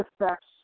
effects